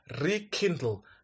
rekindle